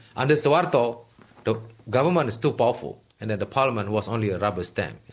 under soeharto the government was too powerful, and and the parliament was only a rubber stamp.